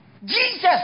Jesus